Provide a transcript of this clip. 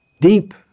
Deep